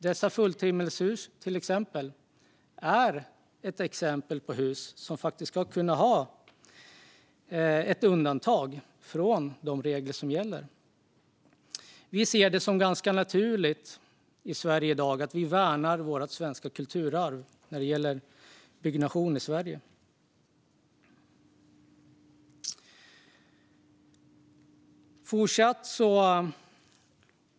Dessa fulltimmerhus är exempel på hus som skulle kunna ha ett undantag från gällande regler. Vi här i Sverige i dag ser det som naturligt att värna vårt svenska kulturarv i fråga om byggnationer.